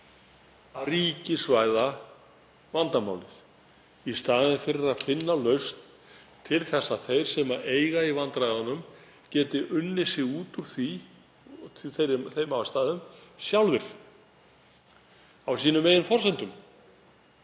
það ráð að ríkisvæða vandamálið í staðinn fyrir að finna lausn til að þeir sem eiga í vandræðunum geti unnið sig út úr þeim aðstæðum sjálfir, á sínum eigin forsendum,